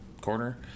corner